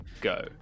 go